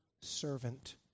servant